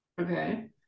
Okay